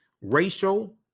racial